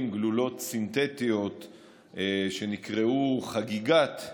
וגלולות סינתטיות שנקראו "חגיגת",